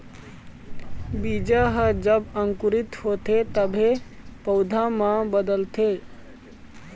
बीजा ह जब अंकुरित होथे तभे पउधा म बदलथे